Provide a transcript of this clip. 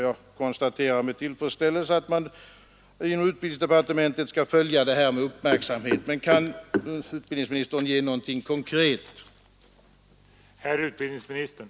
Jag konstaterar med tillfredsställelse att man inom utbildningsdepartementet skall följa utvecklingen med uppmärksamhet,